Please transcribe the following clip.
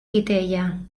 titella